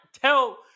tell